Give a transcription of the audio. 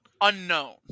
unknown